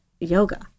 yoga